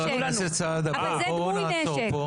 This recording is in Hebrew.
חבר הכנסת סעדה, בוא נעצור פה.